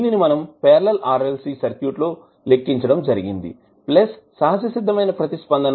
దీనిని మనం parallel RLC సర్క్యూట్లో లెక్కించడం జరిగింది ప్లస్ సహజసిద్దమైన ప్రతిస్పందన అనగా